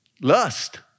Lust